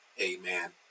amen